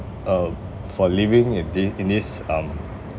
uh for living in thi~ in this um